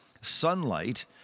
sunlight